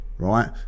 Right